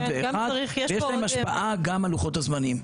ואחד ויש להם השפעה גם על לוחות הזמנים.